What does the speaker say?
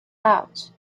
out